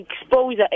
Exposure